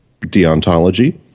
deontology